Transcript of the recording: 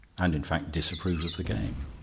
and in fact disapprove of the game.